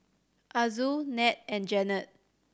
Azul Ned and Janet